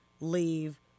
leave